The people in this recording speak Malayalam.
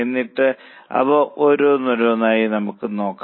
എന്നിട്ട് അവ ഓരോന്നോരോന്നായി നമുക്ക് നോക്കാം